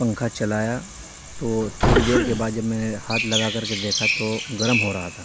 پنکھا چلایا تو تھوڑی دیر کے بعد جب میں ہاتھ لگا کر دیکھا تو گرم ہو رہا تھا